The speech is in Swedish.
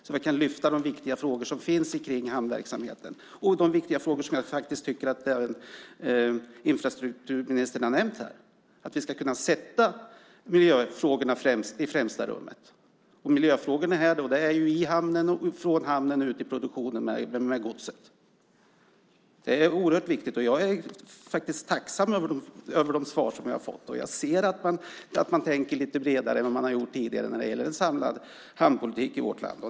Då kan vi lyfta upp de viktiga frågorna om hamnverksamheten, och det är frågor som infrastrukturministern har nämnt här. Miljöfrågorna ska sättas i främsta rummet. Miljöfrågorna rör gods i hamnen, från hamnen och ut i produktionen. Det är oerhört viktigt. Jag är faktiskt tacksam över de svar jag har fått. Jag ser att man tänker lite bredare än tidigare när det gäller en samlad hamnpolitik i vårt land.